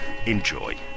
enjoy